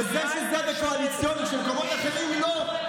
וזה שזה בקואליציוני ומקומות אחרים לא,